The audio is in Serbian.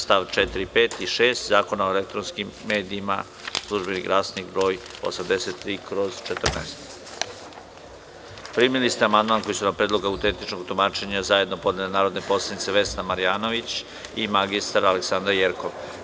STAV 4, 5. I 6. ZAKONA O ELEKTRONSKIM MEDIJIMA („SLUŽBENI GLASNIK RS“, BROJ 83/14) Primili ste amandman koji su na Predlog autentičnog tumačenja zajedno podnele narodne poslanice Vesna Marjanović i mr. Aleksandra Jerkov.